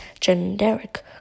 generic